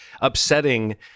upsetting